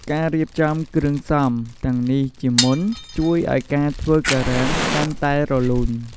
ការរៀបចំគ្រឿងផ្សំទាំងនេះជាមុន ជួយឱ្យការធ្វើការ៉េមកាន់តែរលូន។